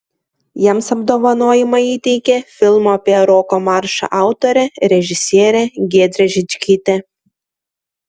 jiems apdovanojimą įteikė filmo apie roko maršą autorė režisierė giedrė žičkytė